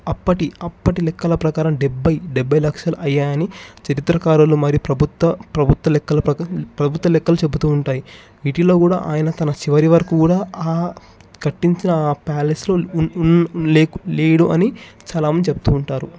అప్పటి అప్పటి లెక్కల ప్రకారం డెబ్బై డెబ్బై లక్షల అయ్యాయని చరిత్రకారులు మరి ప్రభుత్వ ప్రభుత్వ లెక్కల ప్రకారం ప్రభుత్వ లెక్కలు చెబుతూ ఉంటాయి వీటిలో కూడా ఆయన తన చివరి వరకు కూడా ఆ కట్టించిన ఆ ప్యాలెస్లో లేడు అని చాలా మంది చెప్తూ ఉంటారు